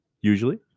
usually